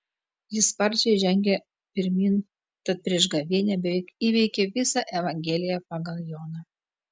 ji sparčiai žengė pirmyn tad prieš gavėnią beveik įveikė visą evangeliją pagal joną